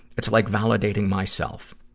it's like validating myself.